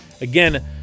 Again